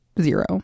zero